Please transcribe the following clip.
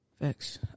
Facts